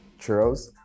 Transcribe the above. churros